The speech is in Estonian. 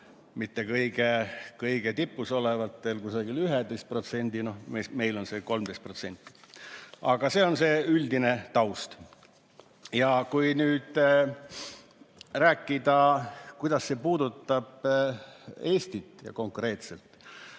mitte kõige tipus olevatel kusagil 11%, meil on see 13%. See on see üldine taust. Kui nüüd rääkida, kuidas see puudutab konkreetselt